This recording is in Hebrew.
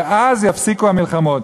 ואז יפסיקו המלחמות.